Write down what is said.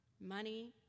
money